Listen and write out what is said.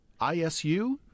ISU